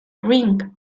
ring